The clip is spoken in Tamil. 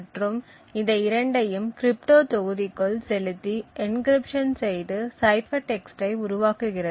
மற்றும் இந்த இரண்டையும் கிரிப்டோ தொகுதிக்குள் செலுத்தி என்க்ரிப்ட்ஷன் செய்து சைபர் டெக்ஸ்ட்டை உருவாக்குகிறது